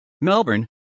Melbourne